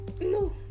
No